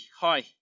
hi